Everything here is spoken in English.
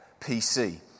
PC